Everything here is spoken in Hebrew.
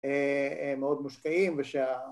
‫מאוד מושקעים, ושה...